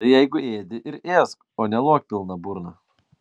tai jeigu ėdi ir ėsk o ne lok pilna burna